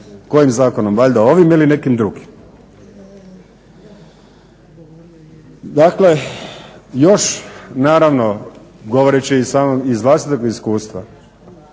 Kojim zakonom? Valjda ovim ili nekim drugim? Dakle, još naravno govoreći iz vlastitog iskustva